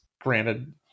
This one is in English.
Granted